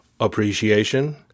appreciation